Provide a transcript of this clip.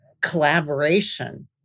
collaboration